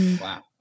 wow